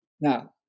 Now